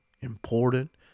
important